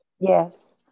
yes